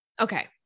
Okay